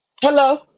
Hello